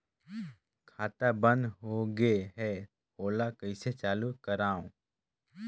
खाता बन्द होगे है ओला कइसे चालू करवाओ?